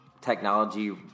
technology